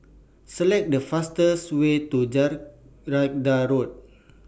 Select The fastest Way to Jacaranda Road